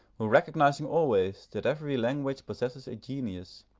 who recognising always that every language possesses a genius,